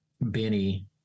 Benny